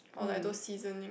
or like those seasoning